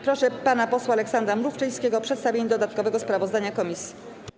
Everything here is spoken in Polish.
Proszę pana posła Aleksandra Mrówczyńskiego o przedstawienie dodatkowego sprawozdania komisji.